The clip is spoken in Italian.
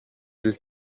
del